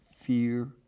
fear